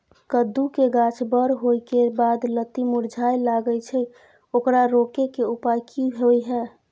कद्दू के गाछ बर होय के बाद लत्ती मुरझाय लागे छै ओकरा रोके के उपाय कि होय है?